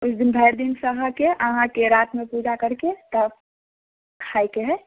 उसदिन भरि दिन सहिके अहाँकेँ रातमे पूजा करैके तब खाइके हइ